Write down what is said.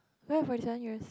where forty seven years